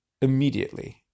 immediately